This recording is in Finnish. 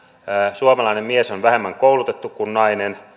suomalainen mies on vähemmän koulutettu kuin nainen